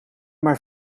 maar